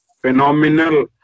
phenomenal